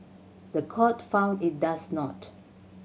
the court found it does not